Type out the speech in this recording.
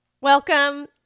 Welcome